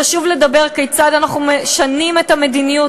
חשוב לדבר כיצד אנחנו משנים את המדיניות